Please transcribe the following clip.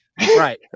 Right